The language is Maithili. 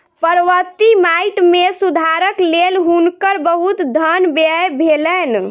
पर्वतीय माइट मे सुधारक लेल हुनकर बहुत धन व्यय भेलैन